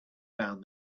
found